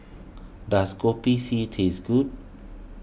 does Kopi C taste good